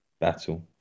battle